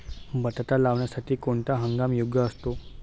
बटाटा लावण्यासाठी कोणता हंगाम योग्य असतो?